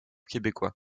québécois